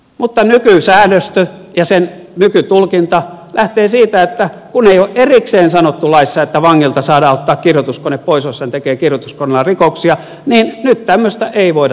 mutta nykysäädöstö ja sen nykytulkinta lähtevät siitä että kun ei ole erikseen sanottu laissa että vangilta saadaan ottaa kirjoituskone pois jos hän tekee kirjoituskoneella rikoksia niin nyt tämmöistä ei voida tehdä